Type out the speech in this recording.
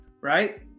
right